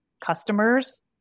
customers